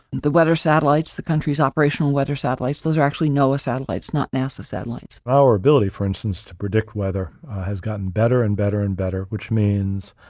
the weather satellites, the country's operational weather satellites, those are actually noaa satellites, not nasa satellites rosenberg our ability, for instance, to predict weather has gotten better and better and better, which means,